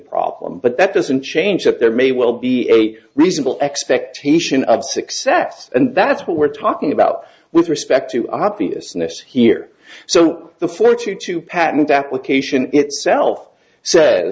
problem but that doesn't change that there may well be a reasonable expectation of success and that's what we're talking about with respect to obviousness here so the four to two patent application itself sa